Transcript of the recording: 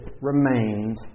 remained